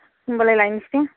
होमबालाय लायनोसै दे